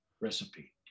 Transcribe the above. recipe